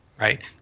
right